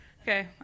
Okay